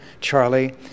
Charlie